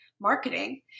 marketing